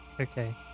Okay